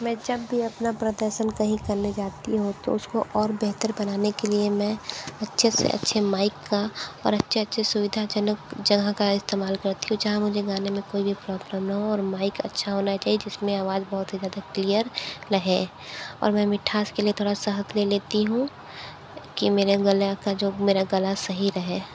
मैं जब भी अपना प्रदर्शन कहीं करने जाती हूँ तो उसको और बेहतर बनाने के लिए मैं अच्छे से अच्छे माइक का और अच्छे अच्छे सुविधाजनक जहाँ का इस्तेमाल करती हूँ जहाँ मुझे गाने में कोई भी प्रॉब्लम ना हो और माइक अच्छा होना चाहिए जिसमें आवाज बहुत ही ज़्यादा क्लियर रहे और मैं मिठास के लिए थोड़ा सहक ले लेती हूँ की मेरे गला का जो मेरा गला सही रहे